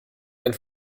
denn